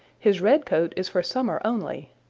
his red coat is for summer only.